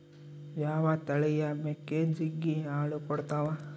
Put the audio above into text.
ಯಾವ ತಳಿಯ ಮೇಕೆ ಜಗ್ಗಿ ಹಾಲು ಕೊಡ್ತಾವ?